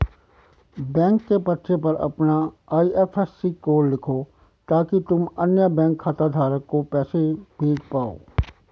bank के पर्चे पर अपना आई.एफ.एस.सी कोड लिखो ताकि तुम अन्य बैंक खाता धारक को पैसे भेज पाओ